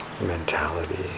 mentality